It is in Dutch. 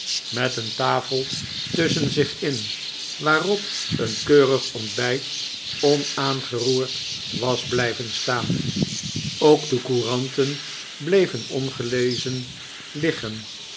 met een tafel tusschen zich in waarop een keurig ontbijt onaangeroerd was blijven staan ook de couranten bleven ongelezen liggen